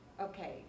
okay